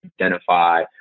identify